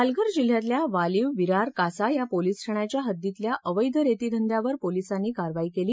पालघर जिल्ह्यातल्या वालीव विरार कासा या पोलीस ठाण्याच्या हद्दीतल्या अवैध रेती धंद्यावर पोलिसांनी कारवाई केली